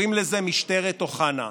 קוראים לזה "משטרת אוחנה",